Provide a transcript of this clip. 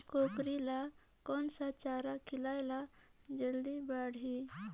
कूकरी ल कोन सा चारा खिलाय ल जल्दी बाड़ही?